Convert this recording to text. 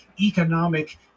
economic